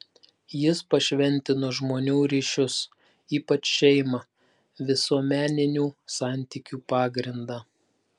jis pašventino žmonių ryšius ypač šeimą visuomeninių santykių pagrindą